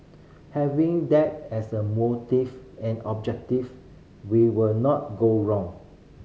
having that as a motive and objective we will not go wrong